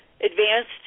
advanced